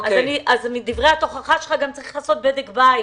אז מדברי את התוכחה שלך גם צריך לעשות בדק בית,